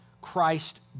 Christ